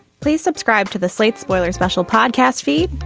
please subscribe to the slate spoiler special podcast feed.